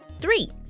Three